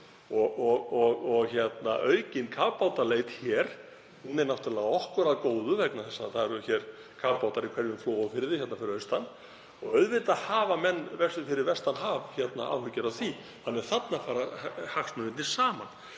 og aukin kafbátaleit hér er náttúrlega okkur til góða vegna þess að það eru hérna kafbátar í hverjum flóa og firði fyrir austan. Auðvitað hafa menn fyrir vestan haf áhyggjur af því þannig að þarna fara hagsmunirnir saman.